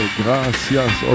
gracias